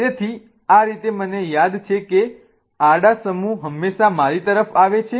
તેથી આ રીતે મને યાદ છે કે આડા સમુહ હંમેશા મારી તરફ આવે છે